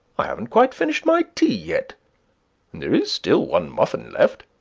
i haven't quite finished my tea yet! and there is still one muffin left.